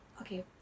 Okay